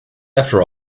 after